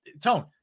tone